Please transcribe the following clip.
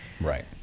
Right